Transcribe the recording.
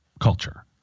culture